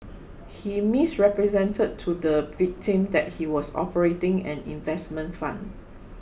he misrepresented to the victim that he was operating an investment fund